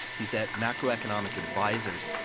he's at macroeconomic advisers.